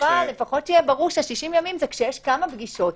לפחות שיהיה ברור שה-60 ימים זה כשיש כמה פגישות.